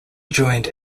joined